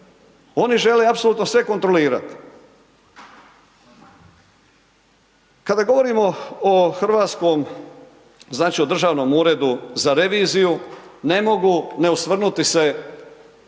Oni žele apsolutno sve kontrolirati. Kada govorimo o hrvatskom, znači o Državnom uredu za reviziju, ne mogu ne osvrnuti se